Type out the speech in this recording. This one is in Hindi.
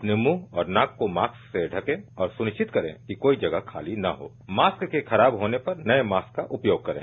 अपने मुंह और नाक को मास्क से ढके और सुनिष्चित करें कि कोई जगह खाली न हो और मास्क के खराब होने पर नये मास्क का उपयोग करें